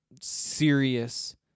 serious